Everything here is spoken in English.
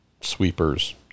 sweepers